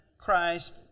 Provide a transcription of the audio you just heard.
Christ